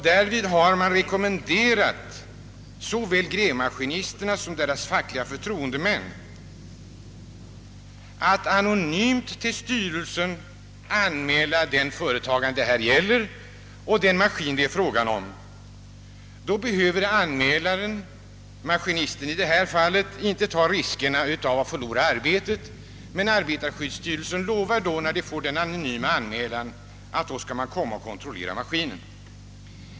Därvid har såväl grävmaskinisterna som deras fackliga förtroendemän rekommenderats att anonymt till styrelsen anmäla ifrågavarande företagare och maskin. Då behöver anmälaren — maskinisten i detta fall — inte ta risken att förlora arbetet, men arbetarskyddsstyrelsen lovar, att när man får denna anonyma anmälan, skall man komma och kontrollera maskinen.